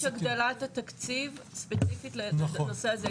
אם יש הגדלת התקציב ספציפית לנושא הזה?